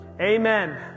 Amen